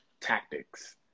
tactics